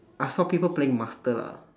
I saw people playing master lah